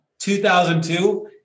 2002